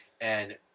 and-